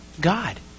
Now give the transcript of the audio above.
God